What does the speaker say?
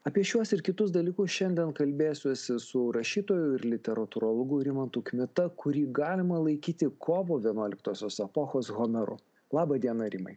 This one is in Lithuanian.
apie šiuos ir kitus dalykus šiandien kalbėsiuosi su rašytoju ir literatūrologu rimantu kmita kurį galima laikyti kovo vienuoliktosios epochos homeru laba diena rimai